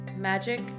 magic